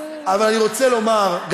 אבל אני רוצה לומר,